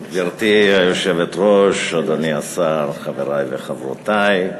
גברתי היושבת-ראש, אדוני השר, חברי וחברותי,